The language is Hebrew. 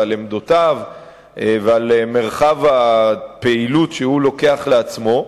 על עמדותיו ועל מרחב הפעילות שהוא לוקח לעצמו,